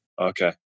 Okay